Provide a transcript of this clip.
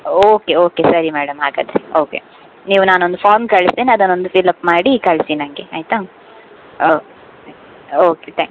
okay okay ಸರಿ madam ಹಾಗಾದರೆ okay ನೀವು ನಾನೊಂದು ಫಾರ್ಮ್ ಕಳಿಸ್ತೇನೆ ಅದನ್ನು ಒಂದು ಫಿಲ್ಅಪ್ ಮಾಡಿ ಕಳಿಸಿ ನನಗೆ ಆಯಿತಾ ಓಕೆ ಓಕೆ ತ್ಯಾಂಕ್ ಯು